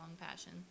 passion